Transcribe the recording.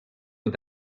und